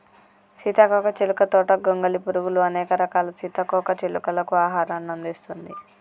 సీతాకోక చిలుక తోట గొంగలి పురుగులు, అనేక రకాల సీతాకోక చిలుకలకు ఆహారాన్ని అందిస్తుంది